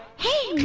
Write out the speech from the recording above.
hey